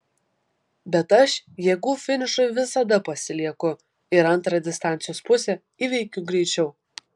bet aš jėgų finišui visada pasilieku ir antrą distancijos pusę įveikiu greičiau